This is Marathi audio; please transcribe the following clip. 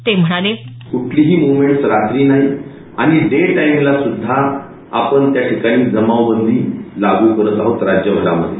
ते म्हणाले कुठलीही मुव्हमेंटस् नाईटला आणि डे टाईमला सुध्दा आपण त्या ठिकाणी जमावबंदी लागू करत आहोत राज्यभरामधे